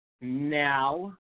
now